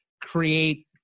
create